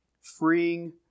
Freeing